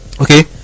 okay